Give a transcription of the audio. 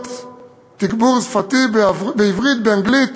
לרבות תגבור שפתי בעברית ובאנגלית,